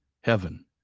heaven